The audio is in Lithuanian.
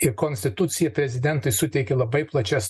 ir konstitucija prezidentui suteikė labai plačias